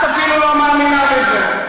את אפילו לא מאמינה בזה.